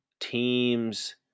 teams